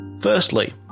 Firstly